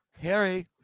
Harry